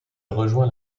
rejoint